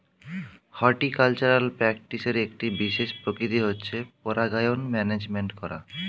horticultural প্র্যাকটিসের একটি বিশেষ প্রকৃতি হচ্ছে পরাগায়ন ম্যানেজমেন্ট করা